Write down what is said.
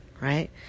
Right